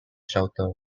shelter